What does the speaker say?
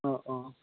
অঁ অঁ